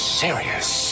serious